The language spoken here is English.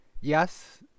yes